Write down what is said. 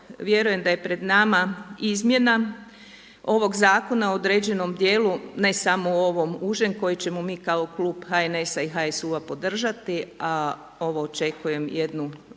vjerujem da je pred nama izmjena ovog zakona u određenom dijelu ne samo u ovom užem koji ćemo mi kao klub HNS-a i HSU-a podržati a ovo očekujem jednu